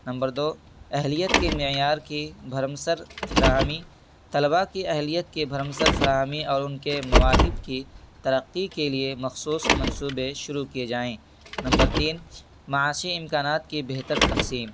number دو اہلیت کے معیار کی بھرم سر فراہمی طلباء کی اہلیت کی بھرم سر فراہمی اور ان کے مواہد کی ترقی کے لیے مخصوص منصوبے شروع کیے جائیں نمبر تین معاشی امکانات کی بہتر تقسیم